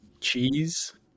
cheese